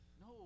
No